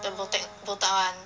the botac~ botak [one]